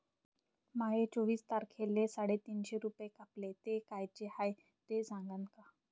माये चोवीस तारखेले साडेतीनशे रूपे कापले, ते कायचे हाय ते सांगान का?